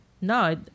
no